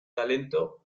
talento